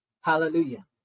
Hallelujah